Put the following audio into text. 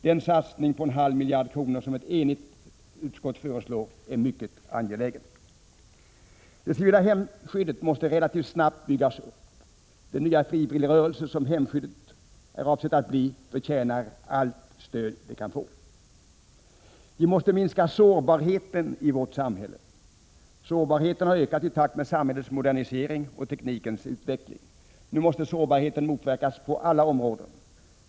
Den satsning på en halv miljard kronor som ett enigt utskott föreslår är mycket angelägen. - Det civila hemskyddet måste relativt snabbt byggas upp. Denna nya frivilligrörelse som hemskyddet avses bli förtjänar allt stöd den kan få. —- Vi måste minska sårbarheten i vårt samhälle. Sårbarheten har ökat i takt med samhällets modernisering och teknikens utveckling. Nu måste sårbarheten motverkas på alla områden.